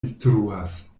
instruas